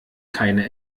keine